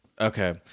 Okay